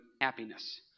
happiness